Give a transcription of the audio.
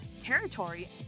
territory